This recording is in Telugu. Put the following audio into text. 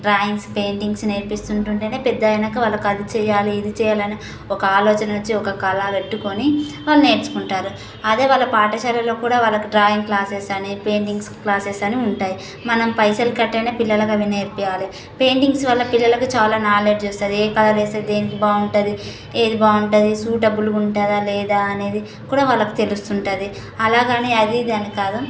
డ్రాయింగ్స్ పెయింటింగ్స్ నేర్పిస్తుంటుంటేనే పెద్ద అయినాక వాళ్ళకి అది చేయాలి ఇది చేయాలి అని ఒక ఆలోచన వచ్చి ఒక కళ పెట్టుకుని వాళ్ళు నేర్చుకుంటారు అదే వాళ్ళ పాఠశాలలో కూడా వాళ్ళకి డ్రాయింగ్ క్లాసెస్ అని పెయింటింగ్ క్లాసెస్ అని ఉంటాయి మనం పైసలు కట్టి అయినా పిల్లలకు అవి నేర్పియ్యాలి పెయింటింగ్స్ వల్ల పిల్లలకి చాలా నాలెడ్జ్ వస్తుంది ఏ కలర్ వేస్తే దేనికి బాగుంటుంది ఏది బాగుంటుంది సూటబుల్ ఉంటుందా లేదా అనేది కూడా వాళ్ళకు తెలుస్తుంటుంది అలాగని అది ఇది అని కాదు